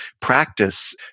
practice